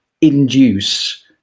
induce